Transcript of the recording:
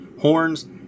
Horns